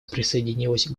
присоединилась